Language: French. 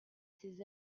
ses